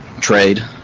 trade